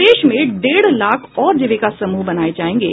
प्रदेश में डेढ़ लाख और जीविका समूह बनाये जायेंगे